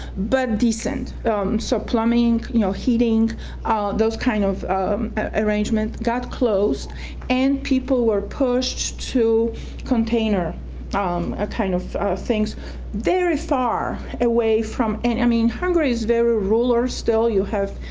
but decent so plumbing, you know, heating those kind of arrangements got closed and people were pushed to container um ah kind of things very far away from and i mean hungary is very rural still. you have,